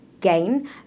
gain